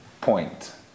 point